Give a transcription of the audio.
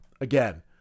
Again